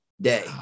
day